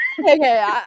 Okay